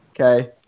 Okay